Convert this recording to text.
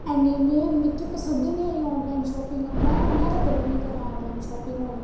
ऐनी में मिगी पसंद ही निं आई ऑन लाईन शापिंग में ते कदैं निं करांऽ ऑन लाईन शापिंग हून